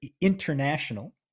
international